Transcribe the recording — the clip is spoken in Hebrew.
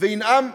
וינאם בפניהם,